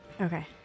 Okay